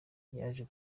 yaje